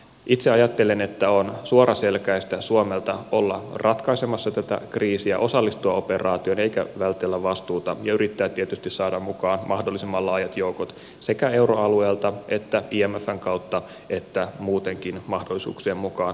itse ajattelen että on suoraselkäistä suomelta olla ratkaisemassa tätä kriisiä osallistua operaatioon eikä vältellä vastuuta ja yrittää tietysti saada mukaan mahdollisimman laajat joukot sekä euroalueelta että imfn kautta että muutenkin mahdollisuuksien mukaan mahdollisimman moni